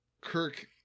Kirk